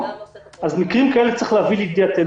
אז מקרים כאלה צריך להביא לידיעתנו